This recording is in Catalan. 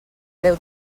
déu